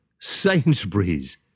Sainsbury's